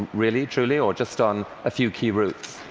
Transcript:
really, truly, or just on a few key routes?